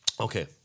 Okay